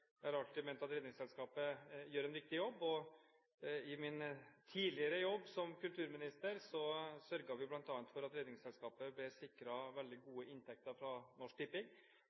jeg har alltid ment at Redningsselskapet gjør en viktig jobb. I min tidligere jobb som kulturminister sørget vi bl.a. for at Redningsselskapet ble sikret veldig gode inntekter fra Norsk Tipping,